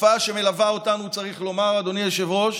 תופעה שמלווה אותנו, צריך לומר, אדוני היושב-ראש,